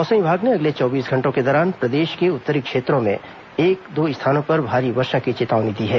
मौसम विभाग ने अगले चौबीस घंटों के दौरान प्रदेश के उत्तरी क्षेत्र में एक दो स्थानों पर भारी वर्षा होने की चेतावनी दी है